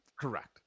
Correct